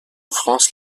france